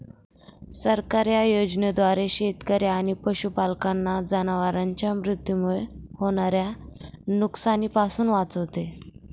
सरकार या योजनेद्वारे शेतकरी आणि पशुपालकांना जनावरांच्या मृत्यूमुळे होणाऱ्या नुकसानीपासून वाचवते